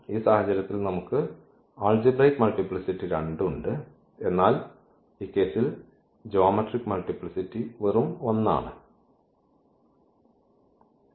ഈ സാഹചര്യത്തിൽ നമുക്ക് ആൾജിബ്രയ്ക് മൾട്ടിപ്ലിസിറ്റി 2 ഉണ്ട് എന്നാൽ ഈ കേസിൽ ജ്യോമെട്രിക് മൾട്ടിപ്ലിസിറ്റി വെറും 1 ആണ്